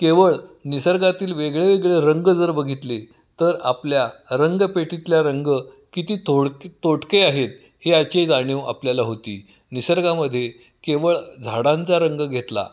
केवळ निसर्गातील वेगळे वेगळे रंग जर बघितले तर आपल्या रंगपेटीतले रंग किती तोडक तोटके आहेत ह्याचे जाणीव आपल्याला होती निसर्गामध्ये केवळ झाडांचा रंग घेतला